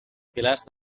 pilars